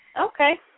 Okay